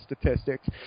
statistics